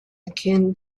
akin